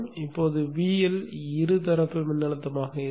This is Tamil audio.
இப்போது VL இருதரப்பு மின்னழுத்தமாக இருக்கும்